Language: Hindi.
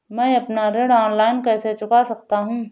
मैं अपना ऋण ऑनलाइन कैसे चुका सकता हूँ?